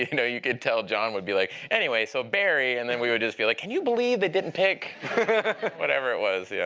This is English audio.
know, you could tell john would be like, anyway, so barry and then, we would just be like, can you believe they didn't pick whatever it was? yeah